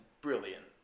brilliant